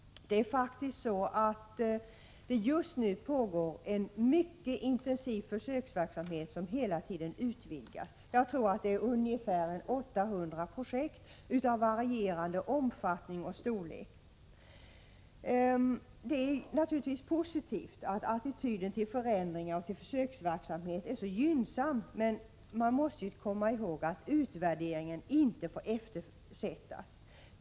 Just nu pågår faktiskt en mycket intensiv försöksverksamhet som hela tiden utvidgas. Jag tror att det rör sig om ungefär 800 projekt av varierande omfattning och storlek. Det är naturligtvis positivt att attityden till förändringar och till försöksverksamhet är så gynnsam. Men man måste komma ihåg att utvärderingen inte får eftersättas.